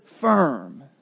firm